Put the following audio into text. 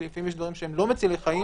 כי לפעמים יש דברים שאינם מצילי חיים,